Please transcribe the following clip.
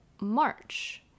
March